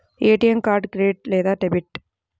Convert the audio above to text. ATM card credit లేదా debit?